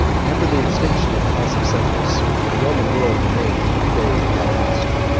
after the extinction of the house of severus, the roman world remained three days without a master.